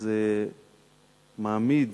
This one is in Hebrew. זה מעמיד